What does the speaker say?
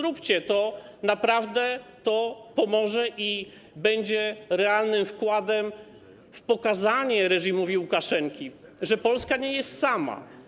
Zróbcie to, naprawdę to pomoże i będzie realnym wkładem w pokazanie reżimowi Łukaszenki, że Polska nie jest sama.